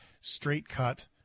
straight-cut